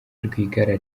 rwigara